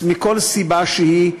מכל סיבה שהיא,